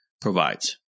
provides